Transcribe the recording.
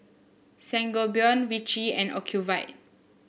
Sangobion Vichy and Ocuvite